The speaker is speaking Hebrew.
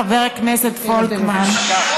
חבר הכנסת פולקמן,